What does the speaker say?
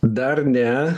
dar ne